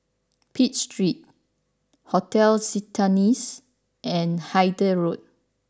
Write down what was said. Pitt Street Hotel Citadines and Hythe Road